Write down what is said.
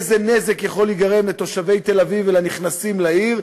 איזה נזק יכול להיגרם לתושבי תל-אביב ולנכנסים לעיר.